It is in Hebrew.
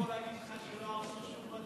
אני יכול להגיד לך שלא הרסו שום בתים של ערבים.